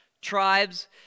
tribes